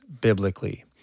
biblically